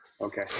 Okay